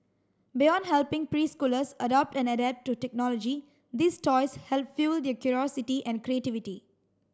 beyond helping preschoolers adopt and adapt to technology these toys help fuel their curiosity and creativity